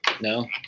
No